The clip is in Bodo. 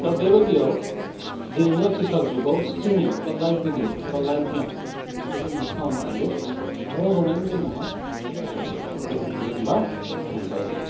दा बेबायदियाव दिनैनि आथिखाल जुगाव स्ट्रिमिं बा लाइभ भिदिअ बा लाइभ गेम बेखौ जों मा खालामनो हायो न'आव जानानै जोङो मा नायनो हानाय गोहो जोंबा जों मोनबाय दायो